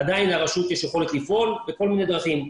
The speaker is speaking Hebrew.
עדיין לרשות יש יכולת לפעול בכל מיני דרכים,